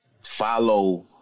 follow